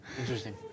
interesting